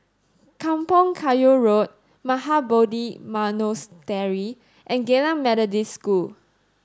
Kampong Kayu Road Mahabodhi Monastery and Geylang Methodist School